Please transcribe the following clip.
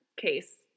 case